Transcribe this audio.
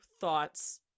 thoughts